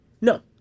No